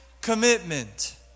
commitment